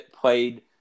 played